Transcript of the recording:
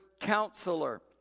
counselor